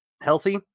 healthy